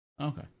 Okay